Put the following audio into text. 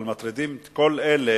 אבל מטרידים את כל אלה